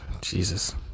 Jesus